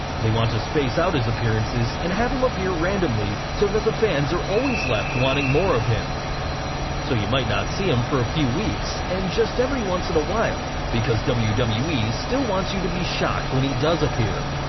they want to space out his appearances and have him appear randomly so that the fans are always left wanting more of him so you might not see him for a few weeks and just every once in a while because wwe wwe still wants you to be shocked when he does appear.